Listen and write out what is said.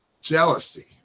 Jealousy